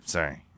Sorry